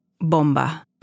Bomba